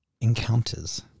encounters